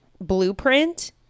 blueprint